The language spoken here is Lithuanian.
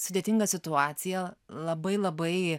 sudėtinga situacija labai labai